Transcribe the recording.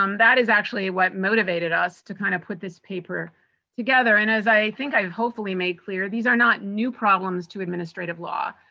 um that is actually what motivated us to kind of put this paper together. and, as i think i've hopefully made clear, these are not new problems to administrative law,